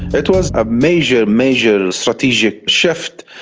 it was a major, major strategic shift,